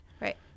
right